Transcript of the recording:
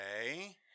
Okay